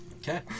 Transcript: Okay